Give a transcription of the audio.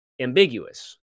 ambiguous